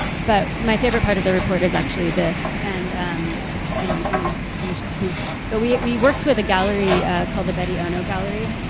but my favorite part of the report is actually this and um and i'm i'm gonna finish up soon but we we worked with a gallery called the betty ono gallery.